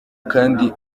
kandi